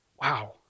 wow